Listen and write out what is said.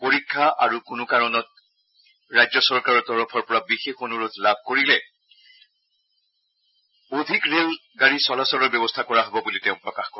পৰীক্ষা আৰু কোনো কাৰণত ৰাজ্য চৰকাৰৰ তৰফৰ পৰা বিশেষ অনুৰোধ লাভ কৰিলে অধিক ৰেল গাড়ী চলাচলৰ ব্যৱস্থা কৰা হ'ব বুলি তেওঁ প্ৰকাশ কৰে